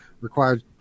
required